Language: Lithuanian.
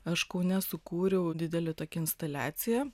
aš kaune sukūriau didelį tokį instaliaciją